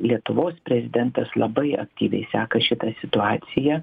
lietuvos prezidentas labai aktyviai seka šitą situaciją